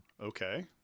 Okay